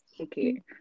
Okay